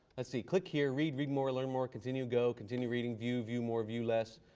let's see, click here, read, read more, learn more, continue, go, continue reading, view, view more, view less,